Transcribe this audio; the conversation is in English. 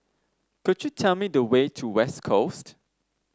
could you tell me the way to West Coast